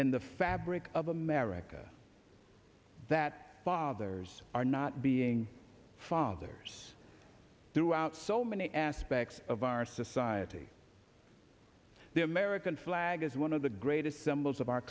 in the fabric of america that fathers are not being fathers throughout so many aspects of our society the american flag is one of the greatest symbols of our